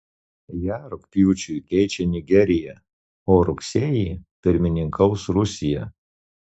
ją rugpjūčiui keičia nigerija o rugsėjį pirmininkaus rusija